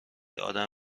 ادم